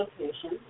location